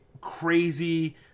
crazy